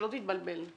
שלא תתבלבל.